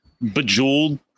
Bejeweled